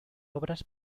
obras